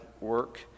work